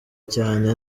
cyane